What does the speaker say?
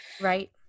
Right